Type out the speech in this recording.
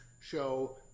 show